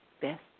best